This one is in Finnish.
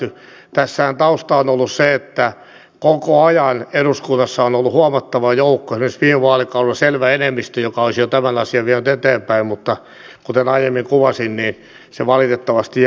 tässähän tausta on ollut se että koko ajan eduskunnassa on ollut huomattava joukko esimerkiksi viime vaalikaudella selvä enemmistö joka olisi jo tämän asian vienyt eteenpäin mutta kuten aiemmin kuvasin niin se valitettavasti jäi kesken